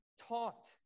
taught